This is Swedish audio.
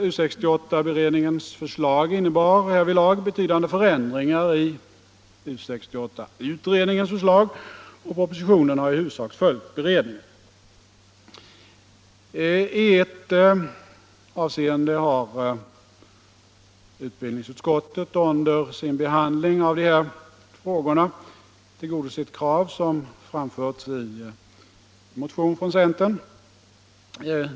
U 68-beredningens förslag innebar härvidlag betydande förändringar i U 68-utredningens förslag. Propositionen har huvudsakligen följt beredningen. I ett avseende har utbildningsutskottet under sin behandling av dessa frågor tillgodosett krav som framförts i en motion från centern.